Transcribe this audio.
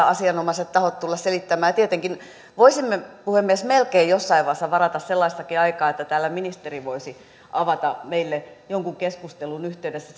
asianomaiset tahot voisivat sieltä tulla selittämään ja tietenkin voisimme melkein puhemies jossain vaiheessa varata sellaistakin aikaa että täällä ministeri voisi avata meille jonkun keskustelun yhteydessä